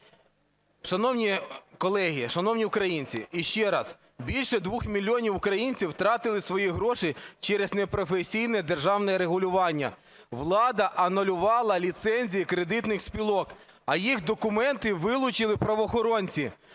Шановні колеги, шановні українці, ще раз. Більше двох мільйонів українців втратили свої гроші через непрофесійне державне регулювання. Влада анулювала ліцензії кредитних спілок, а їх документи вилучили правоохоронці.